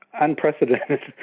unprecedented